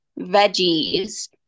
veggies